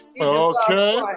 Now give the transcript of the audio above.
Okay